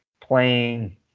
playing